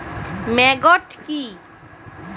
Maggot কি?